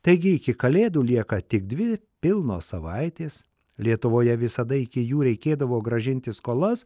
taigi iki kalėdų lieka tik dvi pilnos savaitės lietuvoje visada iki jų reikėdavo grąžinti skolas